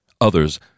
Others